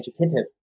educative